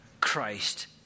Christ